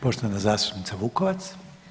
Poštovana zastupnica Vukovac.